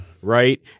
right